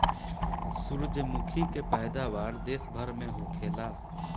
सूरजमुखी के पैदावार देश भर में होखेला